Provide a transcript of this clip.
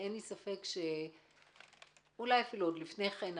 כי אין לי ספק שאולי עוד לפני כן,